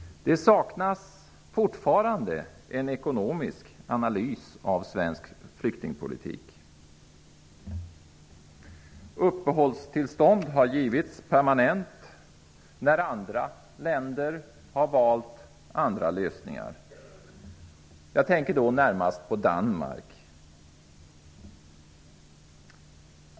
Det saknas fortfarande en ekonomisk analys av svensk flyktingpolitik. Här i Sverige har uppehållstillstånd givits permanent när andra länder har valt andra lösningar. Jag tänker då närmast på Danmark.